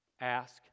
Ask